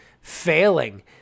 failing